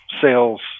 sales